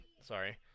sorry